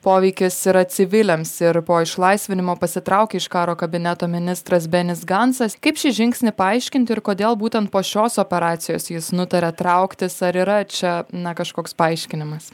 poveikis yra civiliams ir po išlaisvinimo pasitraukia iš karo kabineto ministras benis gancas kaip šį žingsnį paaiškinti ir kodėl būtent po šios operacijos jis nutaria trauktis ar yra čia na kažkoks paaiškinimas